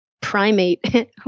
primate